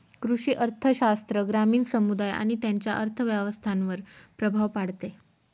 कृषी अर्थशास्त्र ग्रामीण समुदाय आणि त्यांच्या अर्थव्यवस्थांवर प्रभाव पाडते